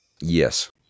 Yes